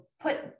put